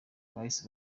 bahise